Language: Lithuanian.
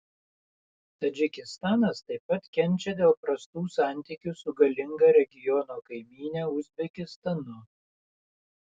tadžikistanas taip pat kenčia dėl prastų santykių su galinga regiono kaimyne uzbekistanu